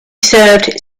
served